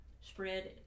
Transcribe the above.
spread